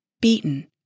beaten